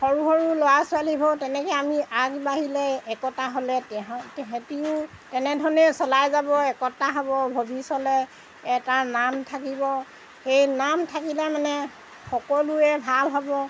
সৰু সৰু ল'ৰা ছোৱালীবোৰ তেনেকৈ আমি আগবাঢ়িলে একতা হ'লে তেহেঁতিও তেনেধৰণেই চলাই যাব একতা হ'ব ভৱিষ্যতলৈ এটা নাম থাকিব সেই নাম থাকিলে মানে সকলোৱে ভাল হ'ব